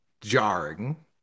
jarring